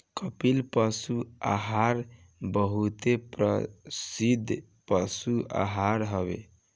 कपिला पशु आहार बहुते प्रसिद्ध पशु आहार हवे